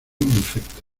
infecta